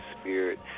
Spirit